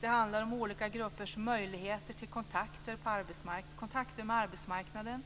Det handlar om olika gruppers möjligheter till kontakter med arbetsmarknaden, om